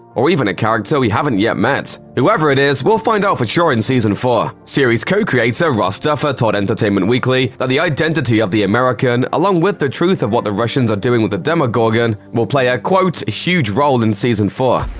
or even a character we haven't yet met. whoever it is, we'll find out for sure in season four. series co-creator ross duffer told entertainment weekly that the identity of the american, along with the truth of what the russians are doing with the demogorgon, will play a, quote, huge role in season four.